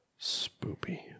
Spoopy